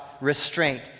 restraint